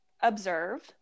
observe